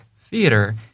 theater